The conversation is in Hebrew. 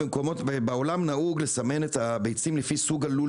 בעולם נהוג לסמן את הביצים לפי סוג הלול